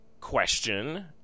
question